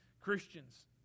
Christians